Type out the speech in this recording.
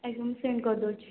ଏବେ ମୁଁ ସେଣ୍ଡ୍ କରିଦେଉଛି